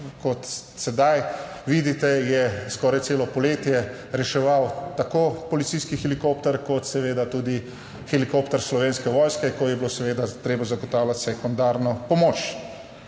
kot sedaj vidite je skoraj celo poletje reševal tako policijski helikopter kot seveda tudi helikopter Slovenske vojske, ko je bilo seveda treba zagotavljati sekundarno pomoč.